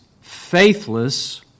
faithless